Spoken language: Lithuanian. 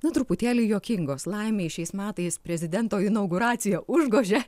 na truputėlį juokingos laimei šiais metais prezidento inauguracija užgožė